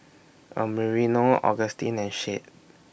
Americo Augustin and Shade